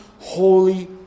holy